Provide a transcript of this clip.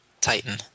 Titan